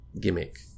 gimmick